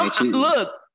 Look